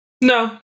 No